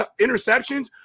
interceptions